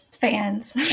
fans